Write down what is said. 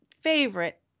favorite